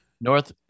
north